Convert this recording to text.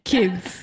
Kids